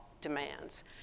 demands